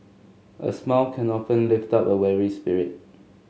a smile can often lift up a weary spirit